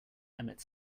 emmett